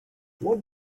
what